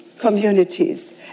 communities